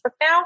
now